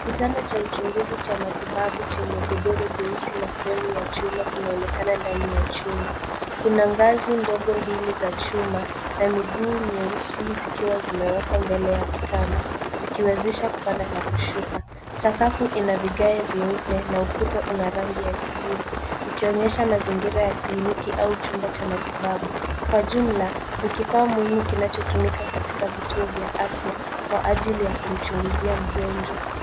Kitanda cha uchunguzi cha matibabu chenye godoro jeusi na fremu ya chuma kimeonekana ndani ya chumba. Kuna ngazi ndogo mbili za chuma na miguu nyeusi zikiwa zimewekwa mbele ya kitanda, zikiwezesha kupanda na kushuka. Sakafu ina vigae vyeupe na ukuta una rangi ya kijivu, ikionyesha mazingira ya kliniki au chumba cha matibabu. Kwa jumla, ni kifaa muhimu kinachotumika katika vituo vya afya kwa ajili ya kumchunguzia mgonjwa.